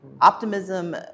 Optimism